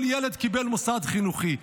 כל ילד קיבל מוסד חינוכי.